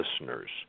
listeners